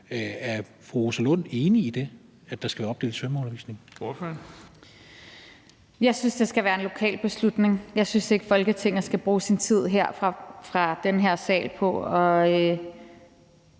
Er fru Rosa Lund enig i det, altså at der skal være opdelt undervisning?